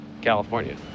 California